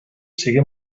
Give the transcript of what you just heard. sigui